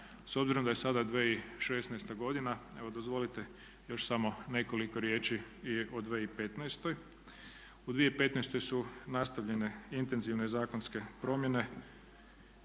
S obzirom da je sada 2016. godina evo dozvolite još samo nekoliko riječi i o 2015. U 2015. su nastavljene intenzivne zakonske promjene,